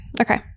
Okay